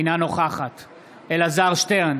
אינה נוכחת אלעזר שטרן,